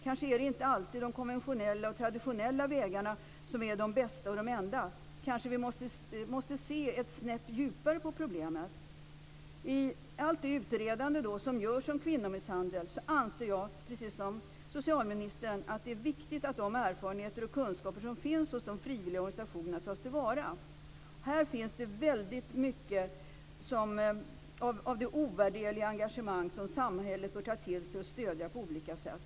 Kanske är inte alltid de konventionella och traditionella vägarna de bästa eller de enda. Kanske måste vi se ett snäpp djupare på problemet. I allt det utredande som görs om kvinnomisshandel anser jag, precis som socialministern, att det är viktigt att de erfarenheter och kunskaper som finns hos de frivilliga organisationerna tas till vara. Här finns det väldigt mycket av det ovärderliga engagemang som samhället bör ta till sig och stödja på olika sätt.